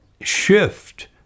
shift